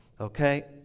Okay